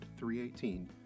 318